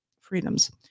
freedoms